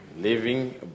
Living